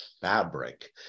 fabric